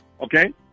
Okay